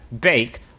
bake